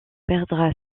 perdra